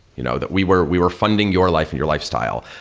you know that we were we were funding your life and your lifestyle.